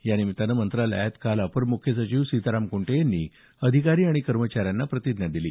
यानिमित्त मंत्रालयात काल अप्पर मुख्य सचिव सीताराम कुंटे यांनी अधिकारी आणि कर्मचाऱ्यांना प्रतिज्ञा दिली